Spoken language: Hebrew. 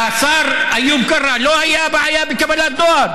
לשר איוב קרא לא הייתה בעיה בקבלת דואר?